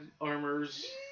armors